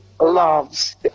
loves